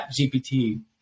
ChatGPT